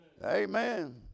Amen